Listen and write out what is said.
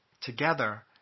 together